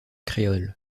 créole